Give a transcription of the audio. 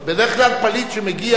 בדרך כלל פליט שמגיע,